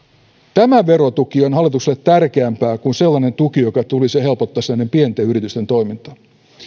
tämä verotuki on hallitukselle tärkeämpää kuin sellainen tuki joka tulisi ja helpottaisi pienten yritysten toimintaa